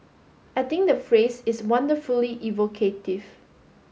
i think the phrase is wonderfully evocative